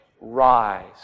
rise